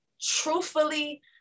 truthfully